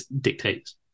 dictates